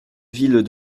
ville